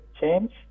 Change